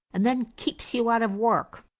and then keeps you out of work.